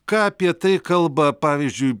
ką apie tai kalba pavyzdžiui